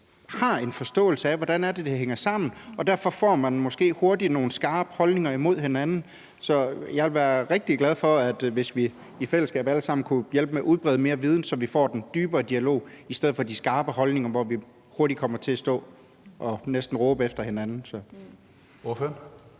har en forståelse af, hvordan det hænger sammen, og derfor får man måske hurtigt nogle skarpe holdninger over for hinanden. Så jeg ville være rigtig glad, hvis vi alle sammen i fællesskab kunne hjælpe med at udbrede mere viden, så vi får den dybere dialog i stedet for de skarpe holdninger, som gør, at vi hurtigt kommer til at stå og næsten råbe efter hinanden.